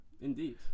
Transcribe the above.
Indeed